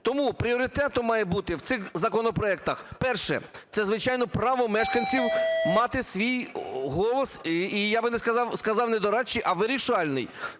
Тому пріоритетом має бути в цих законопроектах: перше – це, звичайно, право мешканців мати свій голос, і я би сказав, не дорадчий, а вирішальний.